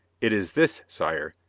it is this, sire,